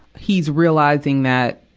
he's realizing that